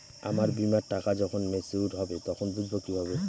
আমার বীমার টাকা যখন মেচিওড হবে তখন বুঝবো কিভাবে?